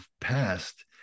passed